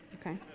okay